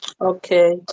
Okay